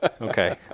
okay